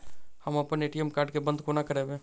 हम अप्पन ATM card केँ बंद कोना करेबै?